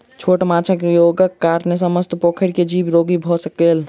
छोट माँछक रोगक कारणेँ समस्त पोखैर के जीव रोगी भअ गेल